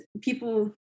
people